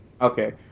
Okay